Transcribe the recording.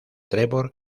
trevor